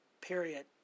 period